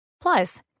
Plus